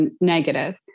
negative